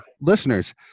listeners